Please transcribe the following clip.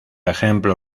ejemplo